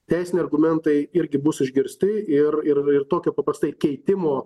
teisiniai argumentai irgi bus išgirsti ir ir tokio paprastai keitimo